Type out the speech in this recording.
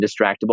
indistractable